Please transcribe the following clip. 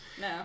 no